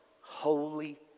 holy